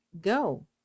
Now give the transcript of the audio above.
go